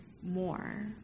more